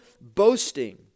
boasting